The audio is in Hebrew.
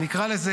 נקרא לזה,